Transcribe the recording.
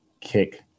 kick